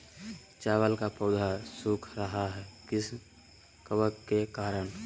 चावल का पौधा सुख रहा है किस कबक के करण?